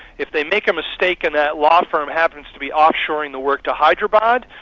if they make a mistake and that law firm happens to be offshoring the work to hyderabad,